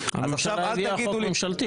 עכשיו אל תגידו לי --- הממשלה הביאה חוק ממשלתי.